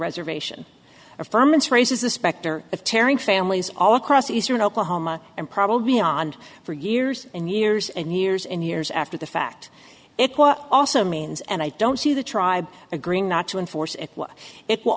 reservation of permits raises the specter of tearing families all across eastern oklahoma and probably beyond for years and years and years and years after the fact it also means and i don't see the tribe agreeing not to enforce it it will